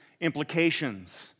implications